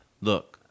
Look